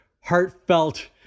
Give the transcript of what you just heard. heartfelt